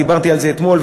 דיברתי על זה אתמול,